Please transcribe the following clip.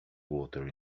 water